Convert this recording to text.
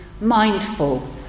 mindful